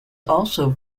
also